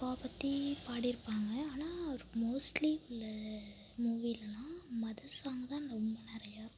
அப்பாவை பற்றி பாடியிருப்பாங்க ஆனால் மோஸ்ட்லி உள்ள மூவிலலாம் மதர்ஸ் சாங்கு தான் ரொம்ப நிறையாருக்கும்